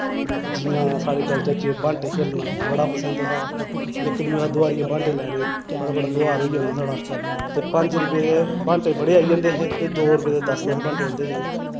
जि'यां साढ़े कल्चर च बांटे खेलना बड़ा पसंद हा इक दुए हा दोआरिया बांटे लैने बड़ा बड़ा दोआर होई जाना साढ़ा ते पंज रपेऽ दे बांटे बड़े आई जंदे हे ते दो रपेऽ दे दस दस बांटे आंदे हे